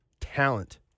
talent